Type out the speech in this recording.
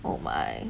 oh my